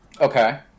Okay